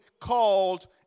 called